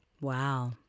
Wow